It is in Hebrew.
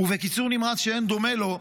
ובקיצור נמרץ שאין דומה לו,